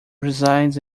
resides